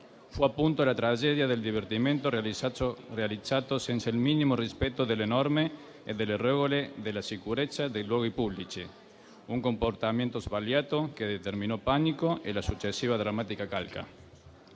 Fu appunto la tragedia del divertimento realizzato senza il minimo rispetto delle norme e delle regole della sicurezza nei luoghi pubblici; un comportamento sbagliato che determinò panico e la successiva drammatica calca;